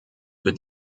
wird